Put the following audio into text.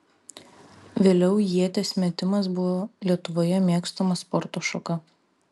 vėliau ieties metimas buvo lietuvoje mėgstama sporto šaka